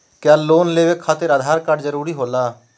क्या लोन लेवे खातिर आधार कार्ड जरूरी होला?